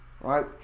right